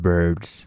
Birds